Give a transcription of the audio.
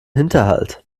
hinterhalt